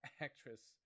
actress